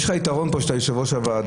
יש לך יתרון פה שאתה יו"ר הוועדה,